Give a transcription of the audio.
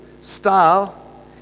style